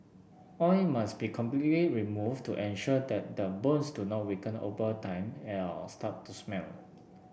oil must be completely removed to ensure that the bones do not weaken over time start to smell